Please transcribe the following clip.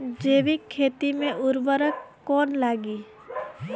जैविक खेती मे उर्वरक कौन लागी?